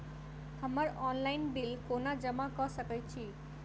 हम्मर online bill कोना जमा कऽ सकय छी?